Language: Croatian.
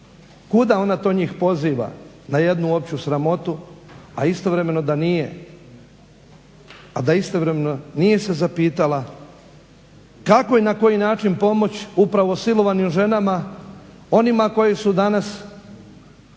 kuda ona to njih poziva na jednu opću sramotu, a istovremeno da nije, a da istovremeno nije se zapitala kako i na koji način pomoći upravo silovanim ženama, onima koje su danas